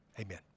Amen